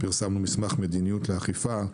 פרסמנו מסמך מדיניות לאכיפה,